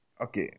Okay